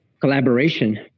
collaboration